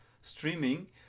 streaming